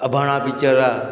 अबाणा picture आहे